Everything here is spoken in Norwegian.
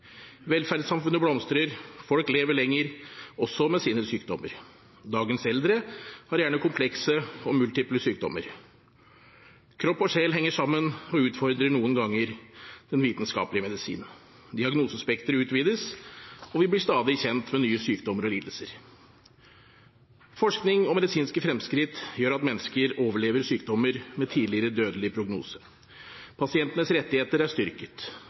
Velferdssamfunnet blomstrer, folk lever lenger – også med sine sykdommer. Dagens eldre har gjerne komplekse og multiple sykdommer. Kropp og sjel henger sammen og utfordrer noen ganger den vitenskapelige medisin. Diagnosespekteret utvides, og vi blir stadig kjent med nye sykdommer og lidelser. Forskning og medisinske fremskritt gjør at mennesker overlever sykdommer med tidligere dødelig prognose. Pasientenes rettigheter er styrket.